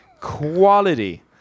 quality